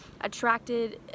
attracted